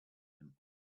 him